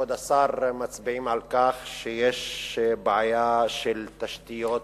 כבוד השר, מצביעים על כך שיש בעיה של תשתיות